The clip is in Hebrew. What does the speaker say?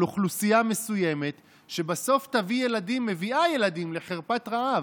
אוכלוסייה מסוימת שבסוף מביאה ילדים לחרפת רעב.